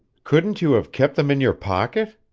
couldn't you have kept them in your pocket?